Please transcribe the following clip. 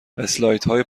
اسلایدهای